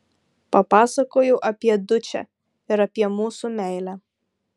papasakojau apie dučę ir apie mūsų meilę